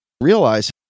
realize